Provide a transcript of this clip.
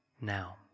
now